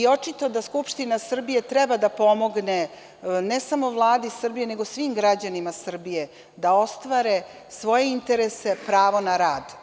Očito je da Skupština Srbije treba da pomogne ne samo Vladi Srbije nego i svim građanima Srbije da ostvare svoje interese – pravo na rad.